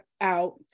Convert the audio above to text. out